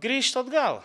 grįžt atgal